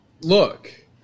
look